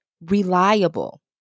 reliable